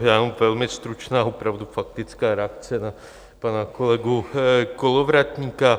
Jenom velmi stručná opravdu faktická reakce na pana kolegu Kolovratníka.